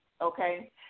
Okay